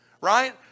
right